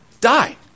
die